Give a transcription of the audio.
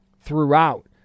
throughout